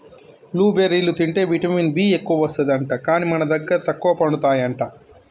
blue బెర్రీలు తింటే vitamin B ఎక్కువస్తది అంట, కానీ మన దగ్గర తక్కువ పండుతాయి అంట